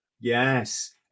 Yes